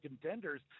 contenders